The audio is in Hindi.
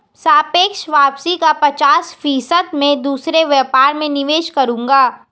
सापेक्ष वापसी का पचास फीसद मैं दूसरे व्यापार में निवेश करूंगा